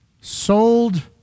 sold